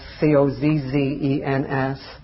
C-O-Z-Z-E-N-S